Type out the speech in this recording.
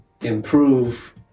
improve